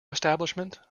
establishment